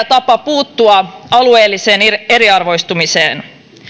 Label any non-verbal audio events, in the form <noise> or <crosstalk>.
<unintelligible> tapa puuttua alueelliseen eriarvoistumiseen